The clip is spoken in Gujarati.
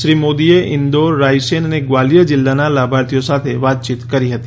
શ્રી મોદીએ ઇન્દોર રાયસેન અને ગ્વાલિયર જીલ્લાનાં લાભાર્થીઓ સાથે વાયચીત કરી હતી